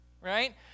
right